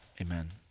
amen